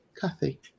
Kathy